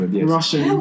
Russian